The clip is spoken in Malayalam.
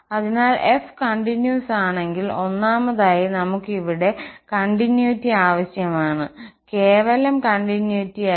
അതിനാൽ f കണ്ടിന്യൂസ് ആണെങ്കിൽ ഒന്നാമതായി നമുക്ക് ഇവിടെ തുടർച്ച ആവശ്യമാണ് കേവലം തുടർച്ചയല്ല